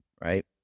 right